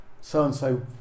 so-and-so